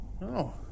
No